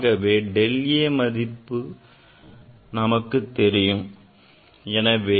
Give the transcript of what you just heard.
நமக்கு del a மதிப்பும் தெரியும் எனவே